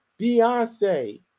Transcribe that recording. Beyonce